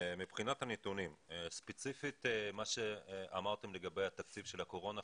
מבחינת הנתונים ספציפית מה שאמרתם לגבי התקציב של הקורונה,